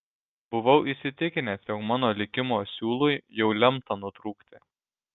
buvau įsitikinęs jog mano likimo siūlui jau lemta nutrūkti